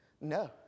No